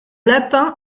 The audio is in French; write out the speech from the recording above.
lapin